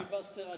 נכון, פיליבסטר,